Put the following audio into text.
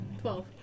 twelve